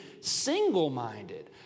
single-minded